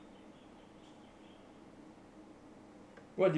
what did you find a job working as